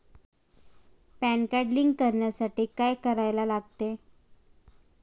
Pan card link करण्यासाठी काय करायला लागते?